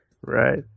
Right